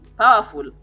powerful